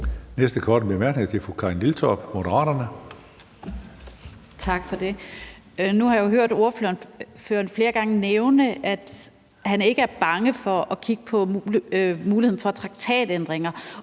Næste korte bemærkning er til fru Karin Liltorp, Moderaterne.